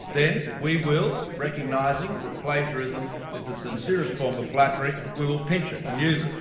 then we will, recognising that plagiarism is the sincerest form of flattery, we will pinch it and use it.